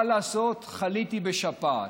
מה לעשות, חליתי בשפעת.